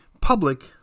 public